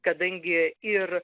kadangi ir